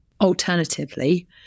Alternatively